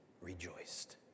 rejoiced